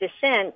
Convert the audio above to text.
descent